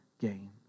gain